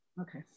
okay